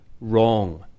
wrong